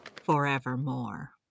forevermore